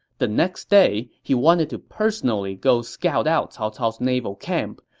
the next day, he wanted to personally go scout out cao cao's naval camp.